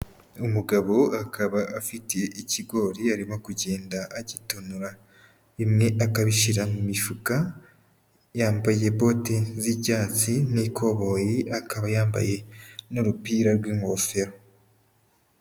Umugabo akaba afiti ikigori arimo kugenda agitonora, bimwe akabishyira mu mifuka, yambaye bote z'icyatsi n'ikoboyi akaba yambaye n'urupira rw'ingofero.